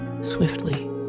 swiftly